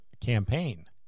campaign